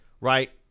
Right